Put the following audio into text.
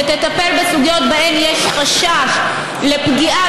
שתטפל בסוגיות שבהן יש חשש לפגיעה